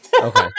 Okay